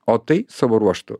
o tai savo ruožtu